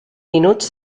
minuts